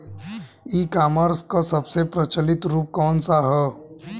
ई कॉमर्स क सबसे प्रचलित रूप कवन सा ह?